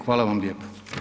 Hvala vam lijepo.